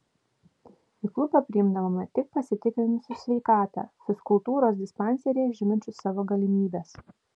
į klubą priimdavome tik pasitikrinusius sveikatą fizkultūros dispanseryje žinančius savo galimybes